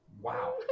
Wow